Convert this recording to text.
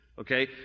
Okay